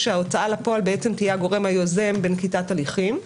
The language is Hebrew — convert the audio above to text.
שההוצאה לפועל תהיה הגורם היוזם בנקיטת הליכים.